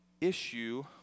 issue